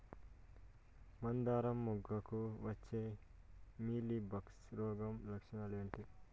మందారం మొగ్గకు వచ్చే మీలీ బగ్స్ రోగం లక్షణాలు ఏంటి?